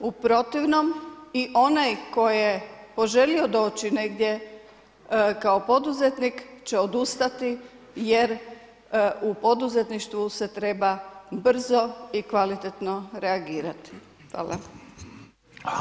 U protivnom i onaj tko je poželio doći negdje kao poduzetnik će odustati jer u poduzetništvu se treba brzo i kvalitetno reagirati.